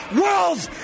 world's